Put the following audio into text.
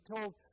told